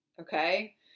Okay